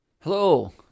Hello